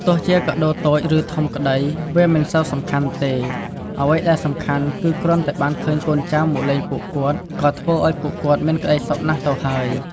ទោះជាកាដូរតូចឬធំក្តីវាមិនសូវសំខាន់ទេ អ្វីដែលសំខាន់គឺគ្រាន់តែបានឃើញកូនចៅមកលេងពួកគាត់ ក៏ធ្វើឲ្យពួកគាត់មានក្តីសុខណាស់ទៅហើយ។